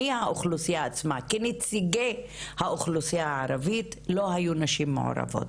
מהאוכלוסיה עצמה כנציגי האוכלוסיה הערבית לא היו נשים מעורבות.